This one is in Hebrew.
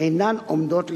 אינן עומדות לבדן.